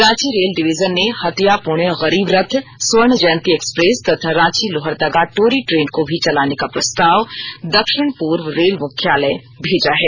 Ranchi rail division ने Hatia Pune Garib Rath Swarna Jayanti express तथा Ranchi Lohardaga Tori train को भी चलाने का प्रस्ताव दक्षिण पूर्व रेल मुख्यालय भेजा है